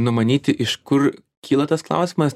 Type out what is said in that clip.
numanyti iš kur kyla tas klausimas